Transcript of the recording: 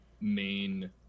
main